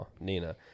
Nina